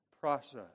process